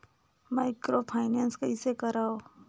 Microfinance कइसे करव?